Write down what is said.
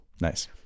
Nice